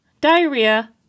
diarrhea